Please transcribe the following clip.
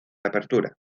apertura